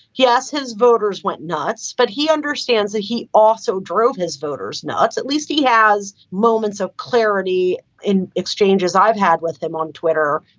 yes. his voters went nuts, but he understands that he also drove his voters nuts. at least he has moments of clarity in exchanges i've had with him on twitter.